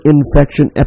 Infection